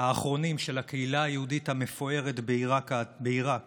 האחרונים של הקהילה היהודית המפוארת בעיראק